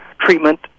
treatment